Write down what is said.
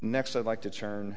next i'd like to turn